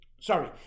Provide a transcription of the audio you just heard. Sorry